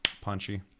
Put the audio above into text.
punchy